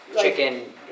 chicken